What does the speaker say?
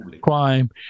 Crime